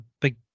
big